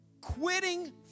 Quitting